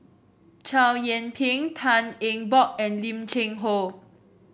Chow Yian Ping Tan Eng Bock and Lim Cheng Hoe